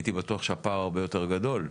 הייתי בטוח שמדובר בפער הרבה יותר גדול.